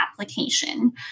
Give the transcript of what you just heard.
application